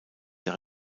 der